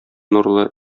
нурлы